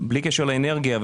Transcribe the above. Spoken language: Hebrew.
קשר לאנרגיה,